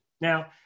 Now